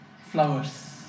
flowers